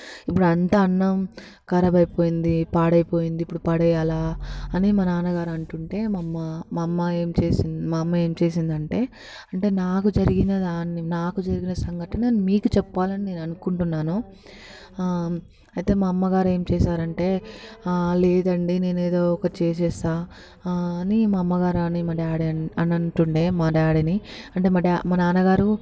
ఇప్పుడు అంతా అన్నం కరాబై పోయింది పాడైపోయింది ఇప్పుడు పడేయాలా అని మా నాన్నగారు అంటుంటే మా అమ్మ మా అమ్మ ఏం చేసి మా అమ్మ ఏం చేసిందంటే అంటే నాకు జరిగిన దాన్ని నాకు జరిగిన సంఘటన మీకు చెప్పాలని నేను అనుకుంటున్నాను అయితే మా అమ్మగారు ఏం చేసారంటే లేదండి నేనేదో ఒకటి చేసేస్తాను అని మా అమ్మగారిని మా డాడీ అని అంటుండే అంటే మా డాడీని మా నాన్నగారు